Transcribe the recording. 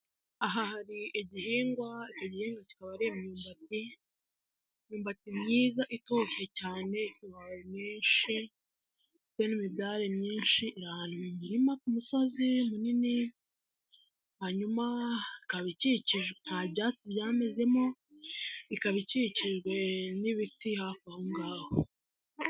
Aha hari igihingwa, icyo gihingwa kikaba imyumbati, imyumbati myiza itoshye cyane ifite amababi menshi, ifite n'imibyare myinshi iri ahantu mu murima ku musozi munini, hanyuma ikaba ikikijwe nta byatsi byamezemo, ikaba ikikijwe n'ibiti hafi aho ngaho.